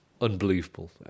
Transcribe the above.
unbelievable